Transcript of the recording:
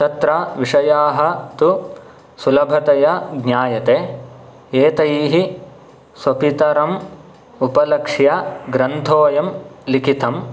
तत्र विषयाः तु सुलभतया ज्ञायते एतैः स्वपितरम् उपलक्ष्य ग्रन्थोऽयं लिखितं